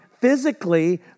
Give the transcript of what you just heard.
physically